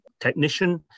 technician